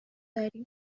داریم